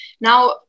now